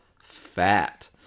fat